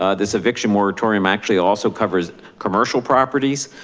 ah this eviction moratorium actually also covers commercial properties.